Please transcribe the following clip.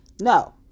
no